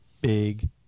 big